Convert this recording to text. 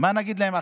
מה נגיד להם עכשיו,